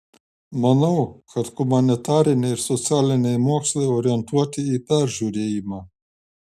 manau kad humanitariniai ir socialiniai mokslai orientuoti į peržiūrėjimą